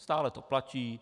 Stále to platí?